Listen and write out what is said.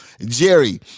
jerry